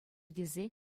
тесе